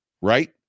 right